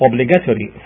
Obligatory